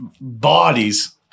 bodies